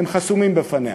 הם חסומים בפניה.